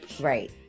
Right